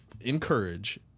encourage